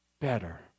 better